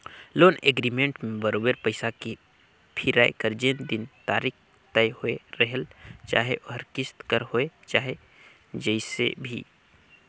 loan agreement में बरोबेर पइसा फिराए कर जेन दिन तारीख तय होए रहेल चाहे ओहर किस्त कर होए चाहे जइसे भी